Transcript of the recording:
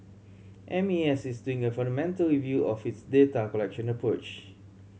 M A S is doing a fundamental review of its data collection approach